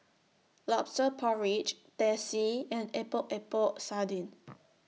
Lobster Porridge Teh C and Epok Epok Sardin